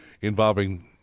involving